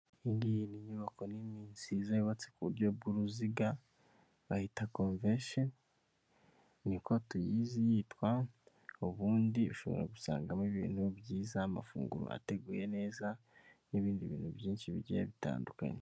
Iyi ni inyubako nini nziza yubatse ku buryo bw'uruziga, bayita convention, niko tuyizi yitwa, ubundi ushobora gusangamo ibintu byiza, amafunguro ateguye neza, n'ibindi bintu byinshi bigiye bitandukanye.